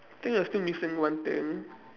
think we are still missing one thing